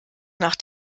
nach